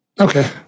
Okay